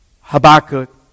Habakkuk